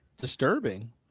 disturbing